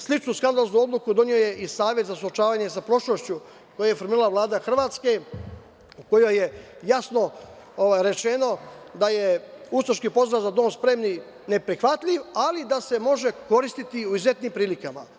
Sličnu skandaloznu odluku doneo je i Savet za suočavanje sa prošlošću, koji je formirala Vlada Hrvatske, u kojoj je jasno rečeno da je ustaški pozdrav „za dom spremni“ neprihvatljiv, ali da se može koristiti u izuzetnim prilikama.